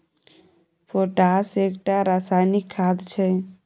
potash एकटा रासायनिक खाद छै